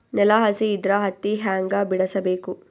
ನೆಲ ಹಸಿ ಇದ್ರ ಹತ್ತಿ ಹ್ಯಾಂಗ ಬಿಡಿಸಬೇಕು?